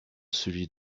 celui